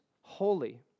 holy